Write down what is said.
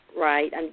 right